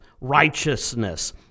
righteousness